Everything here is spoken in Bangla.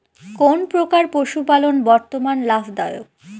কোন প্রকার পশুপালন বর্তমান লাভ দায়ক?